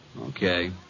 Okay